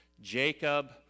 Jacob